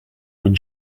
when